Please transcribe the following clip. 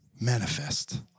manifest